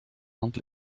hand